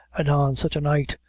and on such a night,